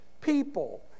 people